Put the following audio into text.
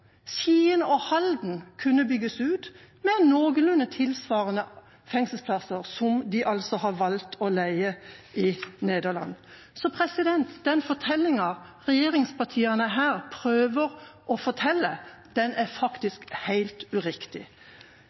Skien fengsel og Halden fengsel kunne bygges ut noenlunde tilsvarende det antall fengselsplasser som de har valgt å leie i Nederland. Så den fortellingen regjeringspartiene her prøver å formidle, er helt uriktig.